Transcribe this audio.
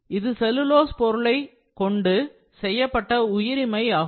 இது செல்லுலோஸ் பொருளை கொண்டு செய்யப்பட்ட உயிரி மை ஆகும்